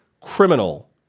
criminal